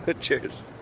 Cheers